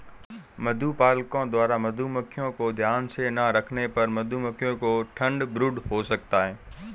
मधुपालकों द्वारा मधुमक्खियों को ध्यान से ना रखने पर मधुमक्खियों को ठंड ब्रूड हो सकता है